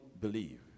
believe